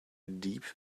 deep